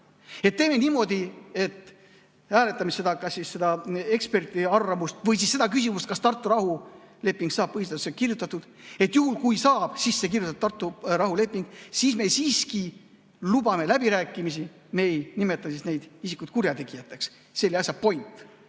Et teeme niimoodi, et hääletame ka seda eksperdiarvamust või seda küsimust, kas Tartu rahuleping saab põhiseadusse kirjutatud. Ja juhul, kui saab sisse kirjutatud Tartu rahuleping, siis me siiski lubame läbirääkimisi, me ei nimeta siis neid isikuid kurjategijateks. See oli asja point